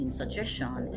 suggestion